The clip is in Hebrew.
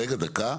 רגע, דקה.